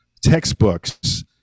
textbooks